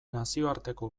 nazioarteko